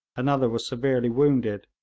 another was severely wounded,